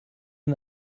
den